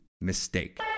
mistake